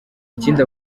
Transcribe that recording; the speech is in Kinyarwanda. ikindi